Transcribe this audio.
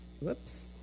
Whoops